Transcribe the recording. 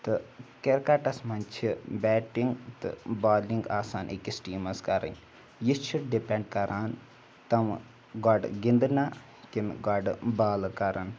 تہٕ کِرکَٹَس منٛز چھِ بیٹِنٛگ تہٕ بالِنٛگ آسان أکِس ٹیٖمَس کَرٕنۍ یہِ چھِ ڈِپٮ۪نٛڈ کَران تمَن گۄڈٕ گِنٛدنہ کِنہٕ گۄڈٕ بالہٕ کَران